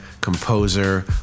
composer